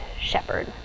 shepherd